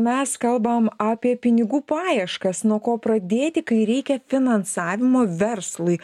mes kalbam apie pinigų paieškas nuo ko pradėti kai reikia finansavimo verslui